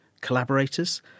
collaborators